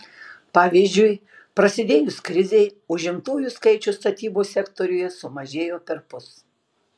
pavyzdžiui prasidėjus krizei užimtųjų skaičius statybos sektoriuje sumažėjo perpus